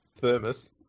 Thermos